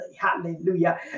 hallelujah